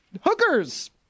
Hookers